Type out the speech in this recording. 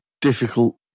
difficult